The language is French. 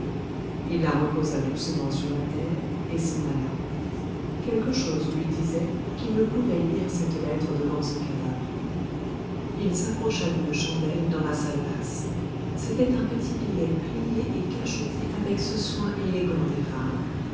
il la reposa doucement sur la terre et s'en alla quelque chose lui disait qu'il ne pouvait lire cette lettre devant ce cadavre il s'approcha d'une chandelle dans la salle basse c'était un petit billet plié et cacheté avec ce soin élégant des femmes